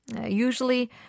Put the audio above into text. Usually